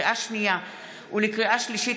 לקריאה שנייה ולקריאה שלישית,